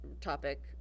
topic